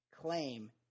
claim